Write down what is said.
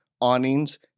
awnings